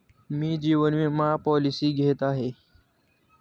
मी जीवन विमा पॉलिसी घेत आहे